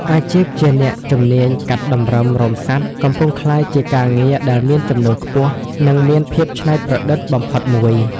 អាជីពជាអ្នកជំនាញកាត់តម្រឹមរោមសត្វ កំពុងក្លាយជាការងារដែលមានចំណូលខ្ពស់ និងមានភាពច្នៃប្រឌិតបំផុតមួយ។